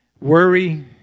Worry